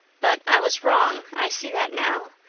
but i was wrong i see that now.